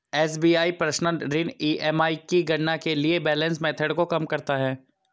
SBI personal ऋण EMI की गणना के लिए बैलेंस मेथड को कम करता है